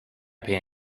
pay